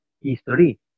History